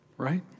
Right